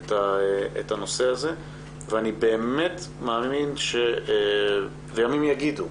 את הנושא הזה, וימים יגידו.